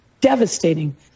devastating